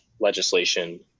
legislation